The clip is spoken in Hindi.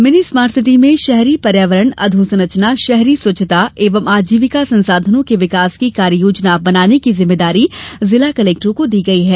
मिनी स्मार्ट सिटी में शहरी पर्यावरण अधोसंरचना शहरी स्वच्छता एवं आजीविका संसाधनों के विकास की कार्य योजना बनाने की जिम्मेदारी जिला कलेक्टरों को दी गई है